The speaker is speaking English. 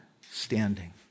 standing